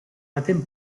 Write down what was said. baten